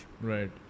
right